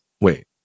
wait